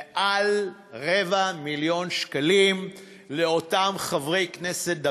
מעל רבע מיליון שקלים לאותם חברי כנסת,